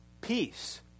Peace